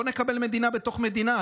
לא נקבל מדינה בתוך מדינה,